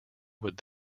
would